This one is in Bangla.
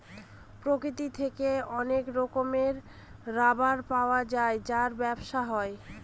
প্রকৃতি থেকে অনেক রকমের রাবার পাওয়া যায় যার ব্যবসা হয়